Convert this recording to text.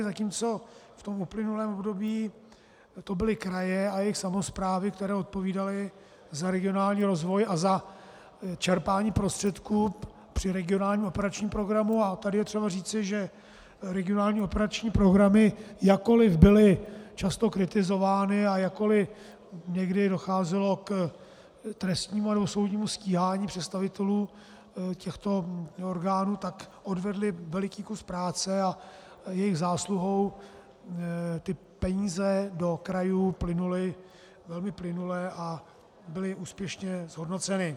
Zatímco v uplynulém období to byly kraje a jejich samosprávy, které odpovídaly za regionální rozvoj a za čerpání prostředků při regionálním operačním programu, a tady je třeba říci, že regionální operační programy, jakkoliv byly často kritizovány a jakkoliv někdy docházelo k trestnímu anebo soudnímu stíhání představitelů těchto orgánů, tak odvedly veliký kus práce a jejich zásluhou peníze do krajů plynuly velmi plynule a byly úspěšně zhodnoceny.